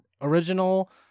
original